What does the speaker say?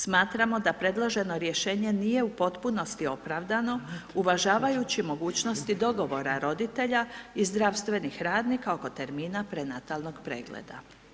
Smatramo da predloženo rješenje nije u potpunosti opravdano uvažavajući mogućnosti dogovora roditelja i zdravstvenih radnika oko termina prenatalnog pregleda.